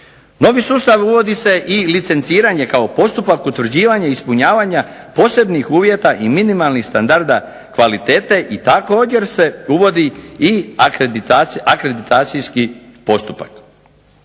Novi sustav uvodi se i licenciranje kao postupak utvrđivanja ispunjavanja posebnih uvjeta i minimalnih standarda kvalitete i također se uvodi i akreditacijski postupak.